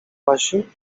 wasi